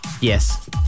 Yes